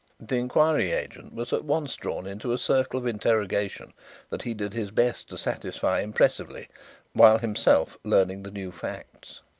the inquiry agent was at once drawn into a circle of interrogation that he did his best to satisfy impressively while himself learning the new facts.